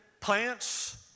plants